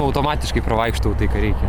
automatiškai pravaikštau tai ką reikia